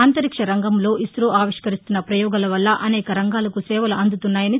అంతరిక్ష రంగంలో ఇసో ఆవిష్కరిస్తున్న ప్రయోగాల వల్ల అనేక రంగాలకు సేవలు అందుతున్నాయని